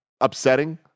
upsetting